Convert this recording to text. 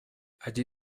allí